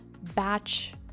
batch